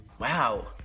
Wow